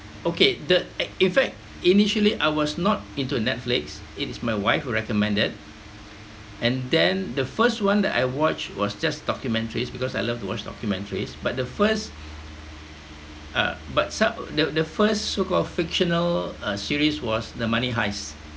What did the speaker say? okay the i~ in fact initially I was not into a netflix it is my wife recommend it and then the first one that I watched was just documentaries because I love to watch documentaries but the first uh but so~ the the first so called fictional uh series was the money heist